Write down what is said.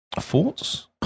Thoughts